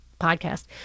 podcast